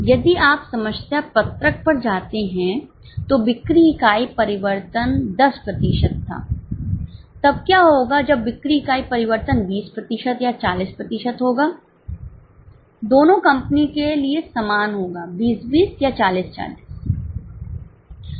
यदि आप समस्या पत्रक पर जाते हैं तो बिक्री इकाई परिवर्तन 10 प्रतिशत था तब क्या होगा जब बिक्री इकाई परिवर्तन 20 प्रतिशत या 40 प्रतिशत होगा दोनों कंपनी के लिए समान होगा 20 20 या 40 40